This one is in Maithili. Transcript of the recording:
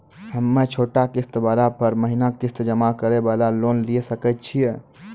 हम्मय छोटा किस्त वाला पर महीना किस्त जमा करे वाला लोन लिये सकय छियै?